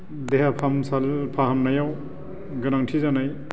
देहा फाहामसालिनि फाहामनायाव गोनांथि जानाय